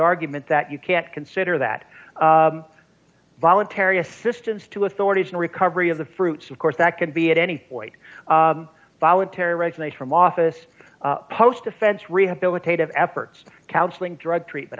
argument that you can't consider that voluntary assistance to authorities in recovery of the fruits of course that can be at any point voluntary resonate from office post defense rehabilitative efforts counseling drug treatment